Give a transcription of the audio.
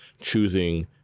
choosing